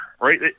right